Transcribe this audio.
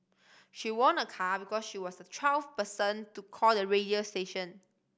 she won a car because she was the twelfth person to call the radio station